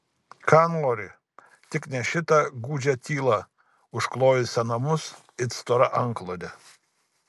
ką nori tik ne šitą gūdžią tylą užklojusią namus it stora antklode